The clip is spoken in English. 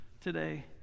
today